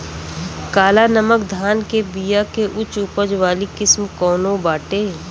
काला नमक धान के बिया के उच्च उपज वाली किस्म कौनो बाटे?